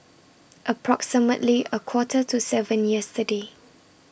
approximately A Quarter to seven yesterday